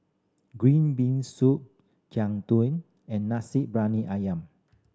green bean soup Jian Dui and nasi ayam